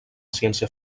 ciència